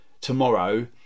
tomorrow